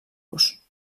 los